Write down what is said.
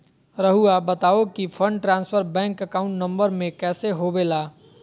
रहुआ बताहो कि fund transfer bank account number में कैसे होबेला?